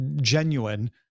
genuine